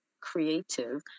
creative